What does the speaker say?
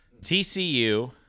TCU